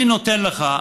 אני נותן לך,